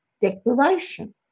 declaration